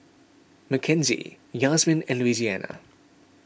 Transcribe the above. Makenzie Yazmin and Louisiana